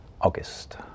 August